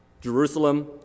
Jerusalem